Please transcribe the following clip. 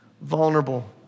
vulnerable